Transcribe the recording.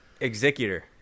Executor